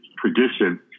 tradition